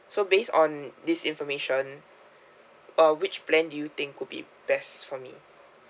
so based on this information uh which plan do you think could be best for me